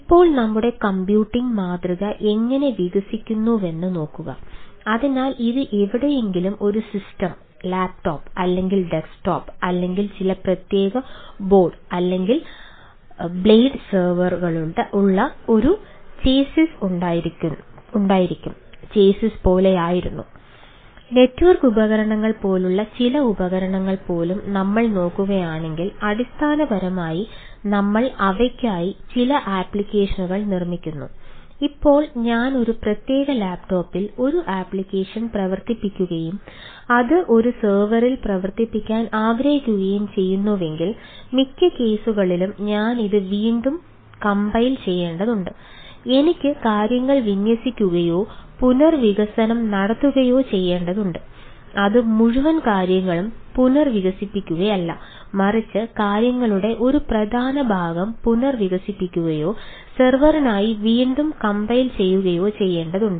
ഇപ്പോൾ നമ്മുടെ കമ്പ്യൂട്ടിംഗ് ചെയ്യണമെങ്കിൽ എനിക്ക് ഇത് വീണ്ടും വികസിപ്പിക്കേണ്ടതുണ്ട്